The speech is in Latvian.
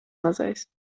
mazais